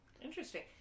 Interesting